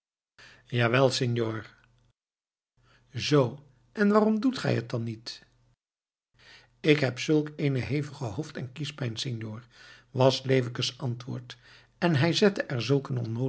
jawel senor zoo en waarom doet gij het dan niet ik heb zulk eene hevige hoofd en kiespijn senor was leeuwkes antwoord en hij zette er